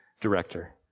director